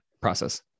process